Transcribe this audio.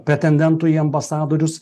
pretendentų į ambasadorius